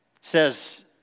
says